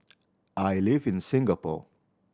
I live in Singapore